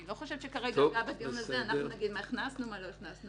אני לא חושבת שכרגע אגב הדיון הזה נגיד מה הכנסנו ומה לא הכנסנו.